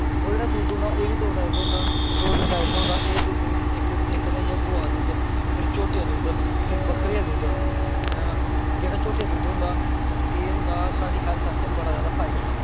ओह् जेह्ड़ा दुद्ध होंदा एह् बी दो टाईप दा होंदा दो तिन्न टाइप दा होंदा एह् दुद्ध इक ते इक ते आई गेआ गवै दा दुद्ध फिर झोटी दा दुद्ध फिर बकरी दा दुद्ध है ना जेह्ड़ा झोटी दी दुद्ध होंदा एह् होंदा साढ़ी हैल्थ आस्तै बड़ा जादा फायदेमंद